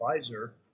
advisor